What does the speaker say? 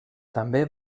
també